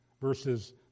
verses